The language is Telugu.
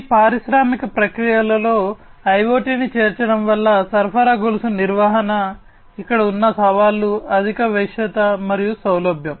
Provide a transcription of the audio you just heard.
ఈ పారిశ్రామిక ప్రక్రియలలో IIoT ను చేర్చడం వల్ల సరఫరా గొలుసు నిర్వహణ ఇక్కడ ఉన్న సవాళ్లు అధిక వశ్యత మరియు సౌలభ్యం